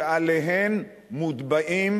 שעליהן מוטבעים